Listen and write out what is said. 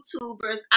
YouTubers